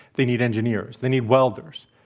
they need engineers. they need welders.